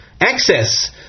access